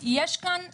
יש כאן גם